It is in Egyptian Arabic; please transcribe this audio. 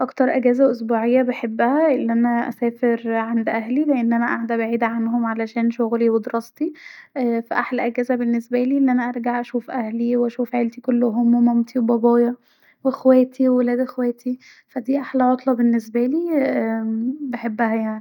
اكتر إجازة أسبوعية بحبها أن انا اسافر عند أهلي لاني قاعده بعيد عنهم عشان شغلي ودراستي ف احلي أجازه بالنسبالي أن انا ارجع اشوف اهلي واشوف عليتي كلهم ومامتي وبابايا واخواتي وولاد اخواتي ف دي احلي عطله بالنسبالي بحبها يعني